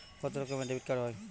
কত রকমের ডেবিটকার্ড হয়?